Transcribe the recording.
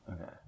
Okay